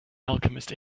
alchemist